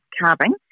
carving